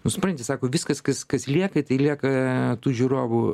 nu supranti sako viskas kas kas lieka tai lieka tų žiūrovų